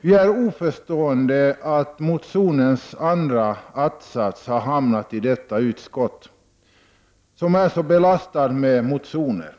Vi kan inte förstå att motionens andra att-sats har hamnat i detta utskott som är så belastat med motioner.